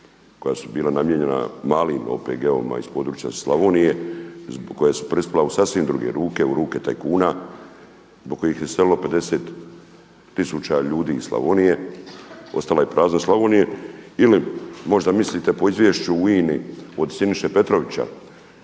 koja su bila namijenjena malim OPG-ovima iz područja Slavonije koja su prispjela u sasvim druge ruke, u ruke tajkuna zbog kojih je iselilo 50000 ljudi iz Slavonije. Ostala je prazna Slavonija. Ili možda mislite po izvješću u INA-i od Siniše Petrovića